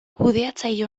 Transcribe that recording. kudeatzaile